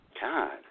God